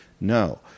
No